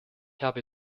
habe